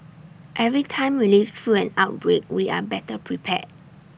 every time we live through an outbreak we are better prepared